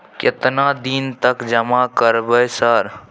केतना दिन तक जमा करबै सर?